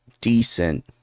decent